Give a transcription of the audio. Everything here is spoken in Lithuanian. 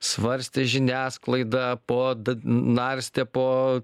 svarstė žiniasklaida po d narstė po